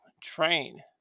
train